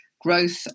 growth